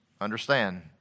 understand